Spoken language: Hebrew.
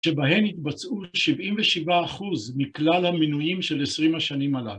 שבהן התבצעו 77% מכלל המנויים של 20 השנים הללו.